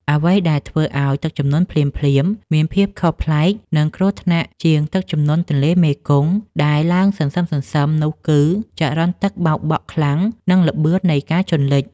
អ្វីដែលធ្វើឱ្យទឹកជំនន់ភ្លាមៗមានភាពខុសប្លែក និងគ្រោះថ្នាក់ជាងទឹកជំនន់ទន្លេមេគង្គដែលឡើងសន្សឹមៗនោះគឺ ចរន្តទឹកបោកបក់ខ្លាំង និងល្បឿននៃការជន់លិច។